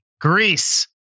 greece